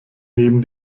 neben